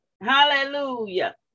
hallelujah